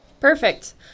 Perfect